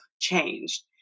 changed